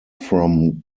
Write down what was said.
from